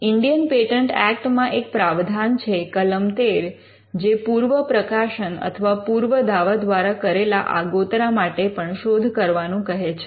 Indian patent act માં એક પ્રાવધાન છે કલમ ૧૩ જે પૂર્વ પ્રકાશન અથવા પૂર્વ દાવા દ્વારા કરેલા આગોતરા માટે પણ શોધ કરવાનું કહે છે